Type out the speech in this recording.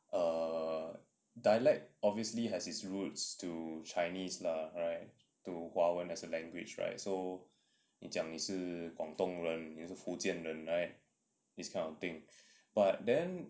err dialect obviously has its roots to chinese lah right to 华文 as a language right so 你讲你是广东人也是福建人 right this kind of thing but then